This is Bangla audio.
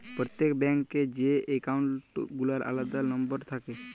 প্রত্যেক ব্যাঙ্ক এ যে একাউল্ট গুলার আলাদা লম্বর থাক্যে